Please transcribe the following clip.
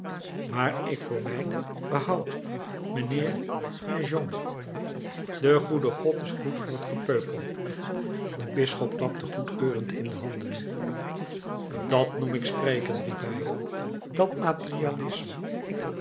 maar ik voor mij behoud mijnheer naigeon de goede god is goed voor het gepeupel de bisschop klapte goedkeurend in de handen dat noem ik spreken riep hij dat